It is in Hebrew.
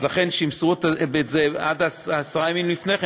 אז לכן ימסרו את זה עד עשרה ימים לפני כן,